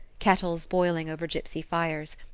kettles boiling over gypsy fires,